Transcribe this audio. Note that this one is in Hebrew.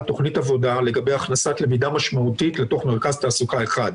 תוכנית עבודה לגבי הכנסת למידה משמעותית לתוך מרכז תעסוקה אחד.